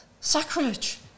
sacrilege